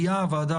החריגים.